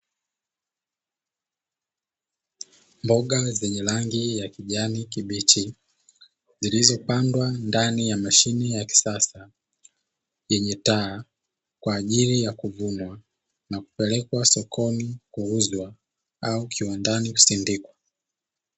Mboga zenye rangi ya kijani kibichi, zilizopandwa ndani ya mashine ya kisasa yenye taa, kwa ajili ya kuvuna na kupelekwa sokoni kuuzwa au kiwandani kusindikwa.